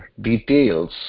details